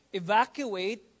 evacuate